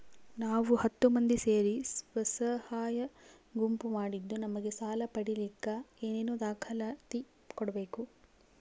ನಾವು ಹತ್ತು ಮಂದಿ ಸೇರಿ ಸ್ವಸಹಾಯ ಗುಂಪು ಮಾಡಿದ್ದೂ ನಮಗೆ ಸಾಲ ಪಡೇಲಿಕ್ಕ ಏನೇನು ದಾಖಲಾತಿ ಕೊಡ್ಬೇಕು?